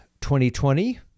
2020